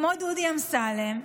כמו דודי אמסלם,